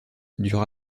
dure